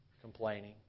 Complaining